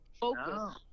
focus –